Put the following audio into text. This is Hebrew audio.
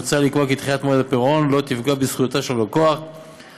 מוצע לקבוע כי דחיית מועד הפירעון לא תפגע בזכויותיו של לקוח לפנות